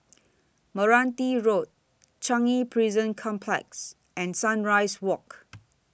Meranti Road Changi Prison Complex and Sunrise Walk